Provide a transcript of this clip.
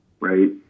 right